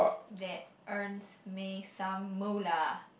that earns me some Moolah